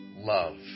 love